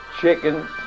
chickens